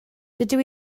dydw